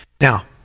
Now